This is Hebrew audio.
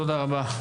תודה רבה.